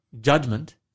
judgment